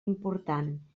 important